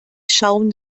schauen